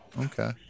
Okay